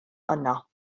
yno